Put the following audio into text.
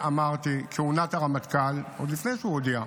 אמרתי: כהונת הרמטכ"ל, עוד לפני שהוא הודיע,